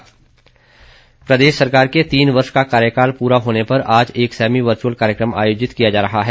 अविनाश राय प्रदेश सरकार के तीन वर्ष का कार्यकाल पूरा होने पर आज एक सैमी वर्चुअल कार्यक्रम आयोजित किया जा रहा है